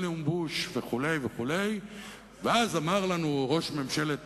לא, אבל זה מה שכתוב שם.